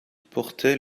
portait